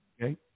okay